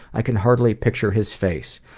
i can hardly picture his face.